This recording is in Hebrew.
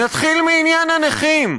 נתחיל מעניין הנכים.